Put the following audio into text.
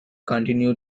continue